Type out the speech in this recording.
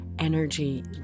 energy